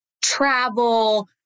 Travel